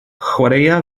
chwaraea